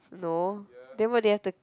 no then what do you have to